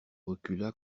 recula